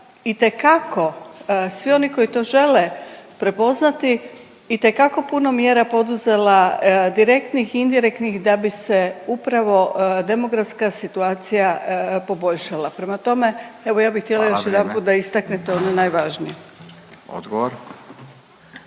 itekako svi oni koji to žele prepoznati itekako puno mjera poduzela direktnih i indirektnih da bi se upravo demografska situacija poboljšala. Prema tome, evo ja bih htjela još … .../Upadica: Hvala, vrijeme./...